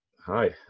Hi